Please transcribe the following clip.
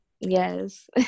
Yes